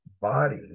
body